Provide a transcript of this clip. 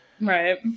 right